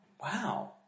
Wow